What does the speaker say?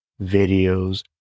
Videos